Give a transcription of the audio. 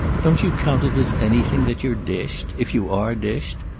don't you count it as anything that you're dished if you are dished?